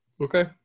Okay